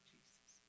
Jesus